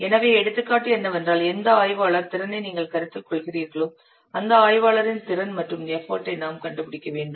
எனவே எடுத்துக்காட்டு என்னவென்றால் எந்த ஆய்வாளர் திறனை நீங்கள் கருத்தில் கொள்கிறீர்களோ அந்த ஆய்வாளரின் திறன் மற்றும் எஃபர்ட் ஐ நாம் கண்டுபிடிக்க வேண்டும்